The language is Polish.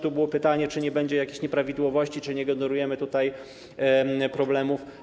Tu było pytanie, czy nie będzie jakichś nieprawidłowości, czy nie generujemy tutaj problemów.